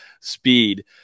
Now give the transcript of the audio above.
speed